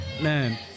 man